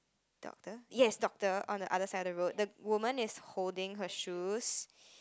doctor yes doctor on the other side of the road the woman is holding her shoes